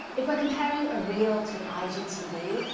if we're comparing a reel to an igtv,